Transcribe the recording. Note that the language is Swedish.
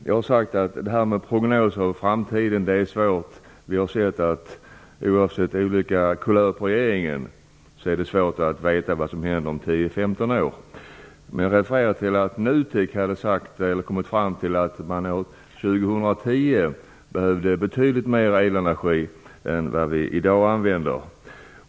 Jag har sagt att det är svårt att göra prognoser om framtiden. Vi har sett att regeringar, oavsett vilken kulör de har, har svårt att veta vad som händer om 10-15 år. Det refererades att NUTEK har kommit fram till att man år 2010 behöver betydligt mer elenergi än vad vi i dag använder.